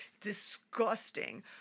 Disgusting